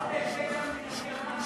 אמרת את זה גם לנשיא ארגנטינה.